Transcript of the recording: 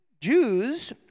Jews